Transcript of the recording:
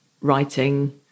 writing